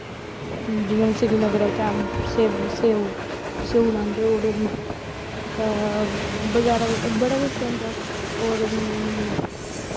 जि'यां श्रीनगर ऐ उत्थै सेऊ उत्थै सेऊ लांदे बगैरा बड़ा किश होंदा होर